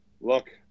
look